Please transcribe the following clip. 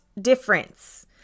difference